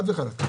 חד וחלק.